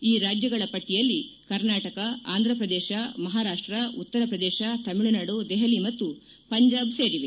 ಈ ರಾಜ್ಯಗಳ ಪಟ್ಟಿಯಲ್ಲಿ ಕರ್ನಾಟಕ ಆಂಧಪ್ರದೇಶ ಮಹಾರಾಷ್ಟ ಉತ್ತರಪ್ರದೇಶ ತಮಿಳುನಾಡು ದೆಹಲಿ ಮತ್ತು ಪಂಜಾಬ್ ಸೇರಿವೆ